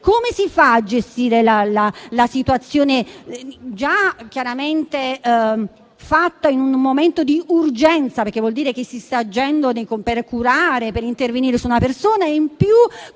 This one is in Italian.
come si fa a gestire una situazione che già chiaramente si verifica in un momento di urgenza, perché vuol dire che si sta agendo per curare e intervenire su una persona e